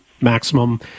maximum